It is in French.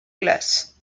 glace